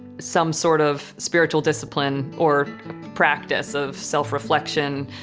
some sort of spiritual discipline or practice of self-reflection.